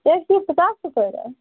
एक पीस पचास रुपये का